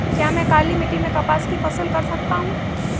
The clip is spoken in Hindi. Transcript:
क्या मैं काली मिट्टी में कपास की फसल कर सकता हूँ?